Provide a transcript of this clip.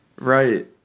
Right